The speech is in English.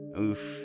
Oof